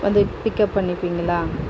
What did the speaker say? வந்து பிக்கப் பண்ணிப்பிங்களா